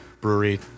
brewery